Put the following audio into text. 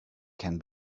can